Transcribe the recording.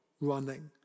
running